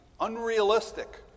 unrealistic